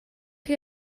chi